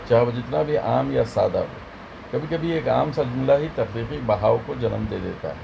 چاہے وہ جتنا بھی عام یا سادہ کبھی کبھی ایک عام سا جملہ ہی تخلیقی بہاؤ کو جنم دے دیتا ہے